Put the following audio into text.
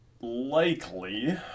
likely